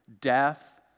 death